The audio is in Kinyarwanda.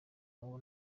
uwo